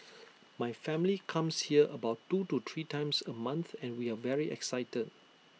my family comes here about two or three times A month and we are very excited